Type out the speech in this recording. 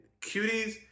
Cuties